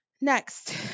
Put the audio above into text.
Next